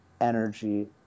energy